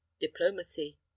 diplomacy